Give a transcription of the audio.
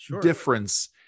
difference